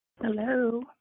Hello